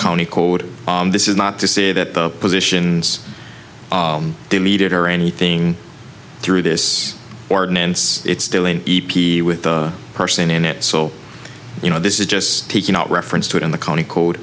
county code this is not to say that the positions to meet it or anything through this ordinance it's still an e p with the person in it so you know this is just speaking out reference to it in the county code